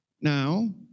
Now